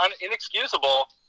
inexcusable